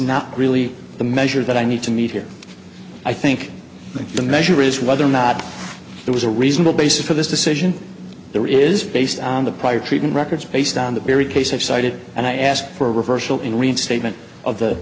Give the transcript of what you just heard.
not really the measure that i need to meet here i think the measure is whether or not there was a reasonable basis for this decision there is based on the prior treatment records based on the very case i've cited and i asked for a reversal in reinstatement of the